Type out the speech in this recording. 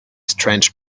strange